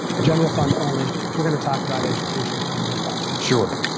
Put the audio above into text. general fund only, we're gonna talk about education here in a little while. sure.